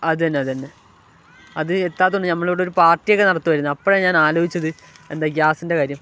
അത്ന്നെ അത്ന്നെ അത് എത്താത്തോണ്ട് നമ്മൾ അവിടൊരു പാർട്ടിയൊക്കെ നടത്തുമായിരുന്നു അപ്പഴാണ് ഞാൻ ആലോചിച്ചത് എന്താ ഗ്യാസിൻ്റെ കാര്യം